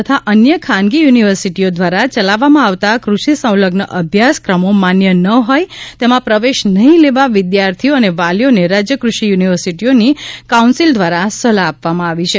તથા અન્ય ખાનગી યુનિવર્સિટીઓ દ્વારા ચલાવવામાં આવતા કૃષિ સંલગ્ન અભ્યાસક્રમો માન્ય ન હોઈ તેમાં પ્રવેશ નહીં લેવા વિદ્યાર્થીઓ અને વાલીઓને રાજ્ય કૃષિ યુનિવર્સિટીઓની કાઉન્સિલ દ્વારા સલાહ આપવામાં આવી છે